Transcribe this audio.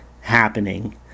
happening